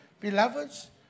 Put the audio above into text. Beloveds